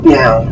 now